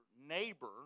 neighbor